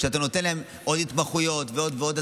כשאתה נותן להם עוד התמחויות ועוד ועוד.